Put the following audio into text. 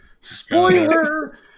Spoiler